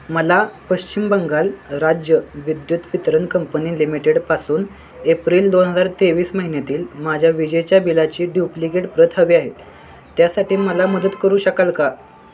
मला पश्चिम बंगाल राज्य विद्युत वितरण कंपनी लिमिटेडपासून एप्रिल दोन हजार तेवीस महिन्यातील माझ्या विजेच्या बिलाची ड्युप्लिकेट प्रत हवी आहे त्यासाठी मला मदत करू शकाल का